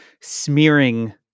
smearing